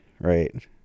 right